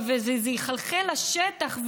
וזה יחלחל לשטח".